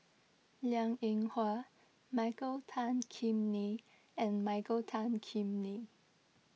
Liang Eng Hwa Michael Tan Kim Nei and Michael Tan Kim Nei